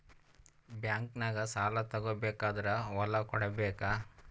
ಬ್ಯಾಂಕ್ನಾಗ ಸಾಲ ತಗೋ ಬೇಕಾದ್ರ್ ಹೊಲ ಕೊಡಬೇಕಾ?